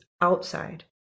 outside